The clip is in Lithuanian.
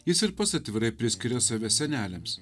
jis ir pats atvirai priskiria save seneliams